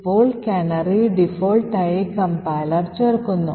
ഇപ്പോൾ canary default ആയി compiler ചേർക്കുന്നു